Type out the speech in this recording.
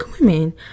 women